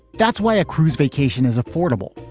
that's why a cruise vacation is affordable,